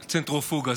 לצנטריפוגה.